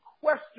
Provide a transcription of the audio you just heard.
question